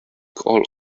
all